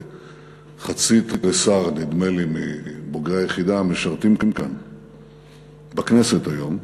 ונדמה לי שחצי תריסר מבוגרי היחידה משרתים כאן בכנסת היום,